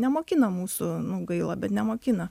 nemokina mūsų nu gaila bet nemokina